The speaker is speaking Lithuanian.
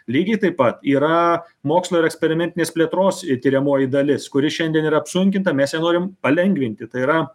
lygiai taip pat yra mokslo ir eksperimentinės plėtros ir tiriamoji dalis kuri šiandien yra apsunkinta mes ją norim palengvinti tai yra